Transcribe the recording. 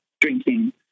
drinking